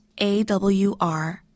AWR